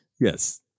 Yes